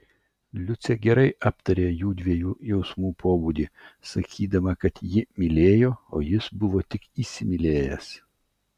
liucė gerai aptarė jųdviejų jausmų pobūdį sakydama kad ji mylėjo o jis buvo tik įsimylėjęs